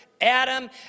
Adam